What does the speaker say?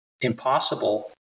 impossible